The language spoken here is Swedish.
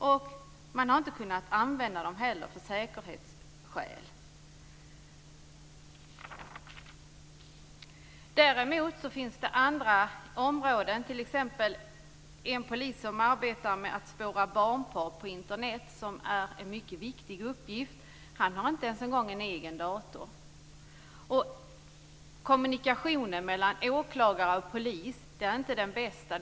Man har heller inte kunnat använda datorerna av säkerhetsskäl. Däremot finns det andra områden där det saknas datorer. En polis som arbetar med att spåra barnporr på Internet, vilket är en mycket viktig uppgift, har inte ens en egen dator. Kommunikationen mellan åklagare och polis är inte den bästa.